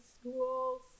schools